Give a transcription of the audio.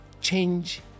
change